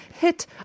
hit